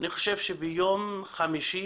אני חושב שביום חמישי